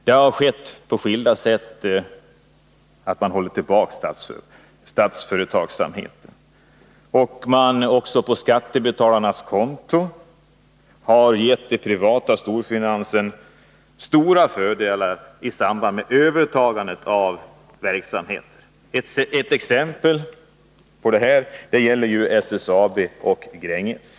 Man håller på skilda sätt tillbaka statsföretagsamheten och har också på skattebetalarnas konto givit den privata storfinansen omfattande fördelar i samband med övertagandet av verksamheter. Exempel på detta är SSAB och Gränges.